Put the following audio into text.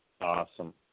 Awesome